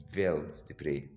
vėl stipriai